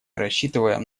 рассчитываем